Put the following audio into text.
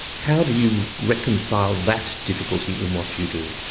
how do you reconcile that difficulty in what you do?